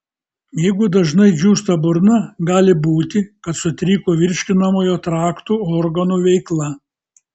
jeigu dažnai džiūsta burna gali būti kad sutriko virškinamojo trakto organų veikla